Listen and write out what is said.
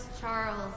Charles